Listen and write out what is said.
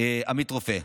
עמית רופא.